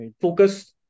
Focus